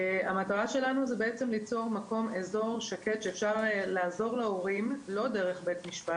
המטרה שלנו זה ליצור אזור שקט שאפשר לעזור להורים לא דרך בית משפט.